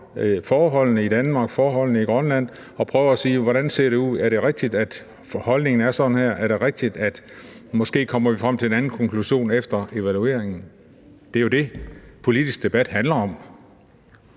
forholdene i Danmark, forholdene i Grønland og prøver at se, hvordan det ser ud, om det er rigtigt, at holdningen er sådan her, om det er rigtigt, at vi måske kommer frem til en anden konklusion efter evalueringen. Det er jo det, politisk debat handler om.